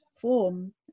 form